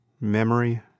memory